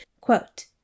Quote